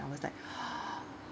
I was like !huh!